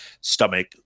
stomach